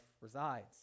resides